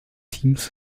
teams